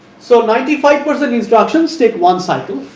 so, ninety five percent instructions take one cycle,